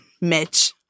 Mitch